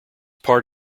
part